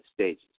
stages